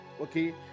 okay